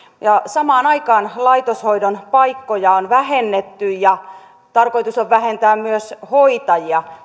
ja samaan aikaan laitoshoidon paikkoja on vähennetty ja tarkoitus on vähentää myös hoitajia